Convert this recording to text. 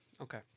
Okay